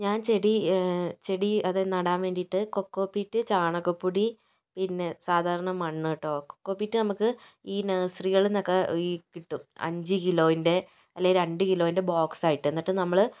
ഞാൻ ചെടി ചെടി അത് നടാൻ വേണ്ടിയിട്ട് കൊക്കോ പീറ്റ് ചാണകപ്പൊടി പിന്നെ സാധാരണ മണ്ണ് കേട്ടോ കൊക്കോ പീറ്റ് നമുക്ക് ഈ നഴ്സറികളിൽ നിന്നൊക്കെ ഈ കിട്ടും അഞ്ച് കിലോൻ്റെ അല്ലേ രണ്ട് കിലോന്റെ ബോക്സ് ആയിട്ട് എന്നിട്ട് നമ്മൾ